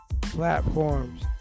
platforms